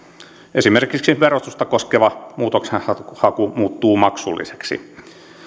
esimerkiksi verotusta koskeva muutoksenhaku muuttuu maksulliseksi